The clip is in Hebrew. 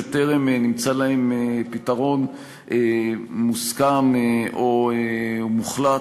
שטרם נמצא להם פתרון מוסכם או מוחלט